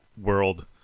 world